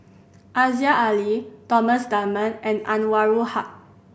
Aziza Ali Thomas Dunman and Anwarul Haque